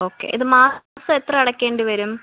okay ഇത് മാസം എത്ര അടക്കേണ്ടിവരും